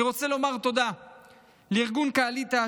אני רוצה לומר תודה לארגון "קעליטה",